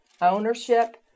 ownership